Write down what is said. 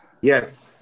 yes